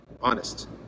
honest